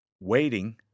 Waiting